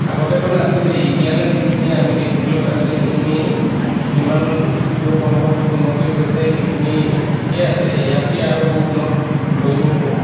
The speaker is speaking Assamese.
আগতেতো নাছিলেই এতিয়ালৈ যিখিনি আমি দেখিবলৈ পাইছোঁ সেইখিনি যিমানদূৰ সম্ভৱ উন্নতি হৈছে সেইখিনি ঠিকে আছে ইয়াতকৈ আৰু উন্নত কৰিব